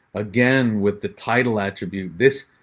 again with the title attribute this